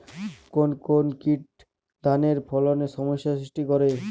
কোন কোন কীট ধানের ফলনে সমস্যা সৃষ্টি করে?